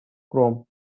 chrome